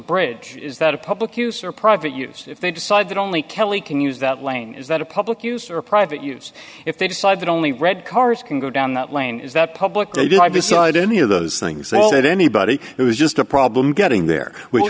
bridge is that a public use or private use if they decide that only kelly can use that lane is that a public use or private use if they decide that only red cars can go down that lane is that public they did decided any of those things so that anybody who was just a problem getting there which